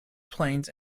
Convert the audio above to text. planes